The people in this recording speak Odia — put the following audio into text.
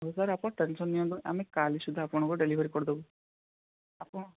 ହେଉ ସାର୍ ଆପଣ ଟେନସନ୍ ନିଅନ୍ତୁନି ଆମେ କାଲି ସୁଦ୍ଧା ଆପଣଙ୍କ ଡେଲିଭରି କରିଦେବୁ ଆପଣ